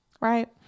right